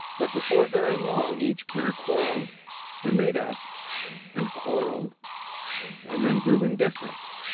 but before very long, each pair quarreled and made up and quarreled and then grew indifferent,